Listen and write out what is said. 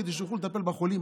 כדי שיוכלו לטפל בחולים.